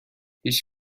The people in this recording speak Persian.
هیچ